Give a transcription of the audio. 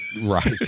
Right